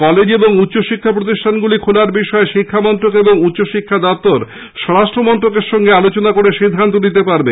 college এবং উচ্চশিক্ষা প্রতিষ্ঠানগুলি খোলার ব্যাপারে শিক্ষামন্ত্রক এবং উচ্চশিক্ষা দপ্তর স্বরাষ্ট্রমন্ত্রকের সঙ্গে আলোচনা করে সিদ্ধান্ত নিতে পারবে